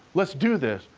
let's do this.